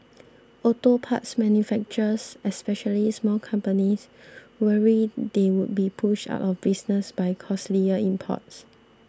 auto parts manufacturers especially small companies worry they would be pushed out of business by costlier imports